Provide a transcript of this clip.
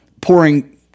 pouring